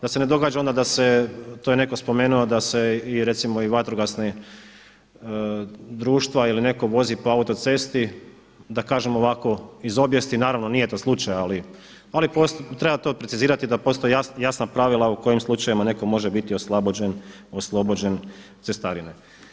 Da se ne događa onda da se, to je netko spomenuo da se i recimo i vatrogasna društva ili netko vozi po autocesti, da kažem ovako iz obijesti, naravno nije to slučaj ali treba to precizirati da postoje jasna pravila u kojim slučajevima netko može biti oslobođen cestarine.